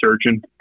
searching